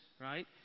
right